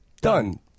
Done